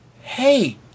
hey